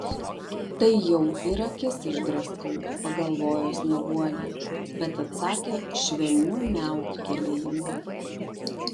tai jau ir akis išdraskau pagalvojo snieguolė bet atsakė švelniu miauktelėjimu